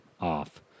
off